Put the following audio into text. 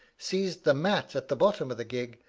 seized the mat at the bottom of the gig,